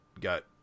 got